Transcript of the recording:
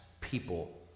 people